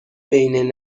بین